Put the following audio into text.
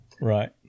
Right